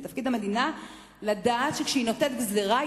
תפקיד המדינה לדעת שכשהיא נותנת גזירה,